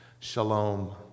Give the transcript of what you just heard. Shalom